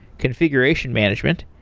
configuration management,